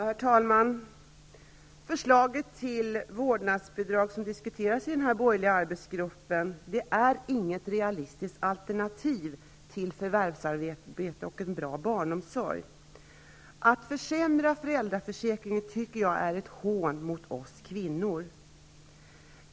Herr talman! Förslaget till vårdnadsbidrag som diskuteras i den borgerliga arbetsgruppen är inget realistiskt alternativ till förvärvsarbete och en bra barnomsorg. Att försämra föräldraförsäkringen tycker jag är ett hån mot oss kvinnor.